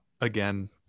again